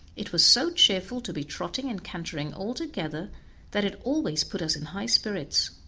it was so cheerful to be trotting and cantering all together that it always put us in high spirits.